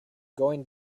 going